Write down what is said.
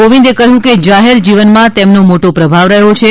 કોવિંદે કહ્યું કે જાહેર જીવનમાં તેમનો મોટો પ્રભાવ રહ્યો છે